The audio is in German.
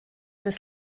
des